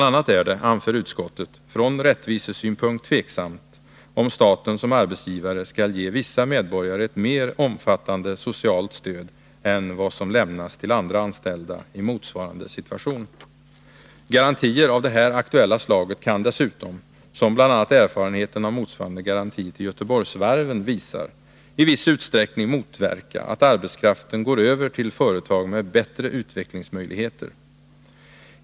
a. är det, anför utskottet, från rättvisesynpunkt tveksamt om staten som arbetsgivare skall ge vissa medborgare ett mer omfattande socialt stöd än vad som lämnas till andra anställda i motsvarande situation. Garantier av det här aktuella slaget kan dessutom, som bl.a. erfarenheten av motsvarande garanti till Göteborgsvarven visar, i viss utsträckning motverka att arbetskraften går över till företag med bättre utvecklingsmöjligheter.